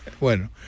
Bueno